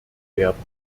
werden